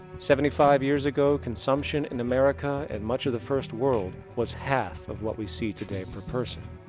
seventy five years ago consumption in america and much of the first world was half of what we see today, per person.